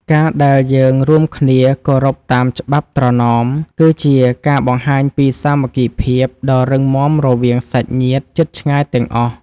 ការដែលយើងរួមគ្នាគោរពតាមច្បាប់ត្រណម គឺជាការបង្ហាញពីសាមគ្គីភាពដ៏រឹងមាំរវាងសាច់ញាតិជិតឆ្ងាយទាំងអស់។